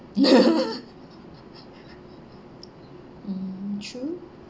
mm true